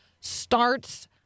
starts